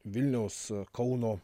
vilniaus kauno